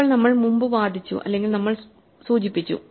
ഇപ്പോൾ നമ്മൾ മുമ്പ് വാദിച്ചു അല്ലെങ്കിൽ നമ്മൾ സൂചിപ്പിച്ചു